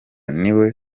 niwe